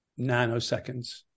nanoseconds